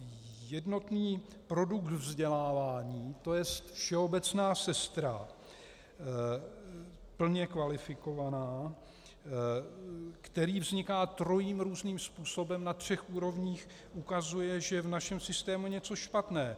Jednotný produkt vzdělávání, to je všeobecná sestra, plně kvalifikovaná, který vzniká trojím různým způsobem na třech úrovních, ukazuje, že v našem systému je něco špatné.